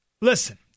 listen